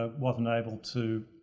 ah wasn't able to